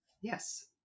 Yes